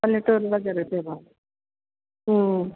పల్లెటూర్లో జరుగుతాయి బాగ